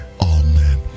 Amen